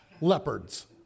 leopards